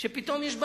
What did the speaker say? שפתאום יש בלם,